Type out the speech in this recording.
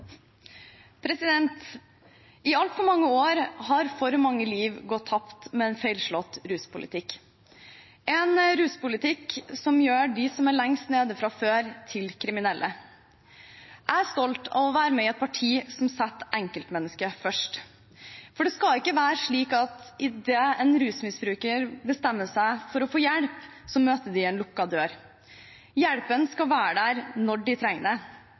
politikk. I altfor mange år har for mange liv gått tapt med en feilslått ruspolitikk – en ruspolitikk som gjør dem som er lengst nede fra før, til kriminelle. Jeg er stolt av å være med i et parti som setter enkeltmennesket først, for det skal ikke være slik at idet rusmisbrukere bestemmer seg for å få hjelp, så møter de en lukket dør. Hjelpen skal være der når de trenger